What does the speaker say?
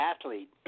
athlete